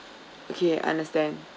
okay understand